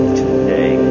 today